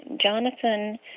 Jonathan